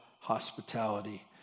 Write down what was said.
hospitality